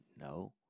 No